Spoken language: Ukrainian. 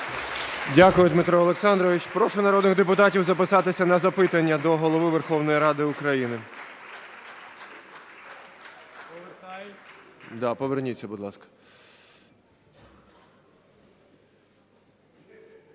Дякую, Дмитро Олександрович. Прошу народних депутатів записатися на запитання до Голови Верховної Ради України.